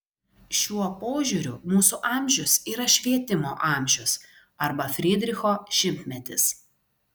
šiuo požiūriu mūsų amžius yra švietimo amžius arba frydricho šimtmetis